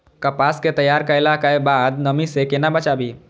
कपास के तैयार कैला कै बाद नमी से केना बचाबी?